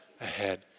ahead